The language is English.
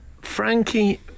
Frankie